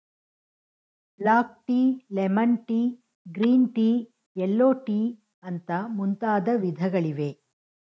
block tea, lemon tea, green tea, yellow tea ಅಂತ ಮುಂತಾದ ವಿಧಗಳಿವೆ